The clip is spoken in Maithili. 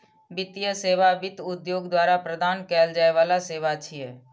वित्तीय सेवा वित्त उद्योग द्वारा प्रदान कैल जाइ बला सेवा छियै